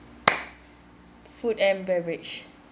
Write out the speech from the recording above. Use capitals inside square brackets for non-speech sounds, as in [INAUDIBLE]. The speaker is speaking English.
[NOISE] food and beverage